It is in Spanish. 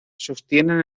sostienen